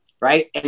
Right